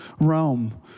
Rome